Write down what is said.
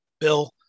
bill